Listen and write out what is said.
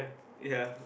ya